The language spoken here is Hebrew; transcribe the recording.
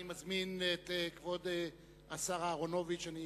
אני מזמין את כבוד השר יצחק אהרונוביץ.